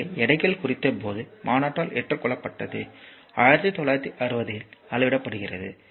எனவே எடைகள் குறித்த பொது மாநாட்டால் ஏற்றுக்கொள்ளப்பட்டது 1960 இல் அளவிடப்படுகிறது